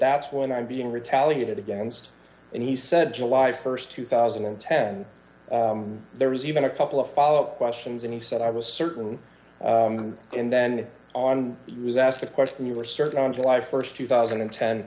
that's when i'm being retaliated against and he said july st two thousand and ten there was even a couple of follow up questions and he said i was certain and then on he was asked the question you were certain on july st two thousand and ten